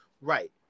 Right